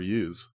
use